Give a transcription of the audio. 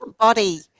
body